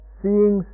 seeing